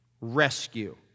Rescue